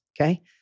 Okay